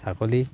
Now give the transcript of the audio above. ছাগলী